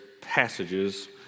passages